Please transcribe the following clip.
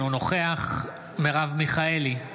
אינו נוכח מרב מיכאלי,